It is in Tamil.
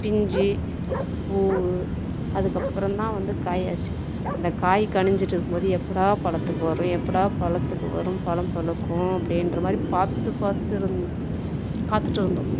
பிஞ்சி பூ அதுக்கப்புறம் தான் வந்து காயாச்சு இந்த காய் கனிஞ்சுட்டு இருக்கும் போது எப்போடா பழத்துக்கு வரும் எப்போடா பழத்துக்கு வரும் பழம் பழுக்கும் அப்படின்ற மாதிரி பார்த்து பார்த்து இருந் காத்துகிட்டு இருந்தோம்